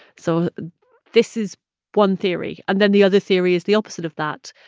so this is one theory. and then the other theory is the opposite of that,